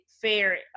fair